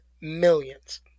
millions